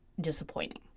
disappointing